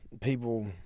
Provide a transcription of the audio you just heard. people